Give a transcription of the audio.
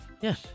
yes